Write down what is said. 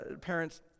parents